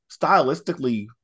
stylistically